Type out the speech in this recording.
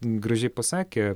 gražiai pasakė